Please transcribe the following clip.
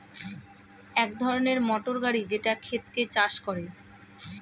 এক ধরনের মোটর গাড়ি যেটা ক্ষেতকে চাষ করে